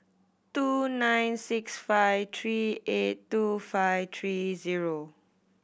two nine six five three eight two five three zero